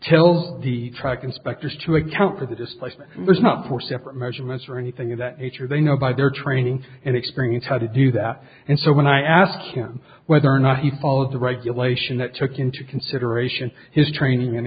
tells the track inspectors to account for the displacement there's not four separate measurements or anything of that nature they know by their training and experience how to do that and so when i asked him whether or not he followed the regulation that took into consideration his training and